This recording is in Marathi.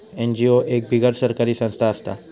एन.जी.ओ एक बिगर सरकारी संस्था असता